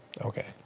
Okay